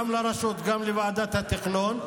גם לרשות וגם לוועדת התכנון,